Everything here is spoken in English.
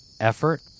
Effort